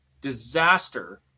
disaster